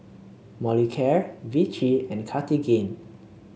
Molicare Vichy and Cartigain